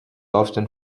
often